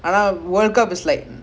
ஆமா ஆமா:aamaa aamaa